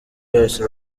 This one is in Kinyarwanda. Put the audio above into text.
yose